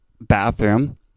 bathroom